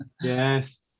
yes